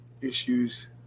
issues